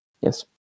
Yes